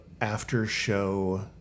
after-show